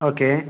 okay